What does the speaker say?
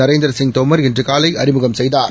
நரேந்திரசிங்தோமர்இன்றுகா லைஅறிமுகம்செய்தார்